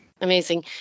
amazing